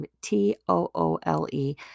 T-O-O-L-E